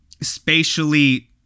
spatially